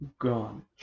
gone